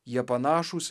jie panašūs